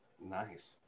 Nice